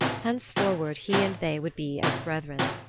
henceforward he and they would be as brethren.